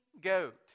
goat